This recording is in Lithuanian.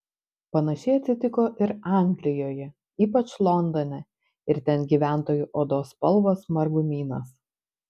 panašiai atsitiko ir anglijoje ypač londone ir ten gyventojų odos spalvos margumynas